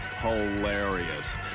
hilarious